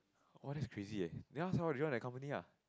!wah! is crazy eh then ask her to join the company lah